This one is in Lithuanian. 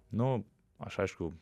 nu aš aišku